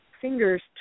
fingers